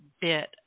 bit